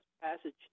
passage